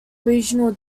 regional